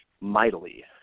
mightily